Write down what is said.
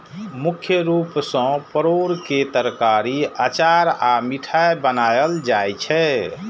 मुख्य रूप सं परोर के तरकारी, अचार आ मिठाइ बनायल जाइ छै